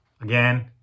Again